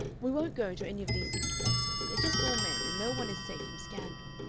we won't go to any of these city places. they're just all men, and no one is safe from scandal.